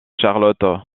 charlotte